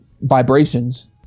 vibrations